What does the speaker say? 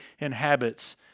inhabits